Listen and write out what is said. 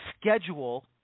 schedule